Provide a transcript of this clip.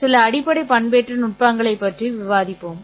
சில அடிப்படை பண்பேற்ற நுட்பங்களைப் பற்றி விவாதிப்போம்